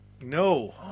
No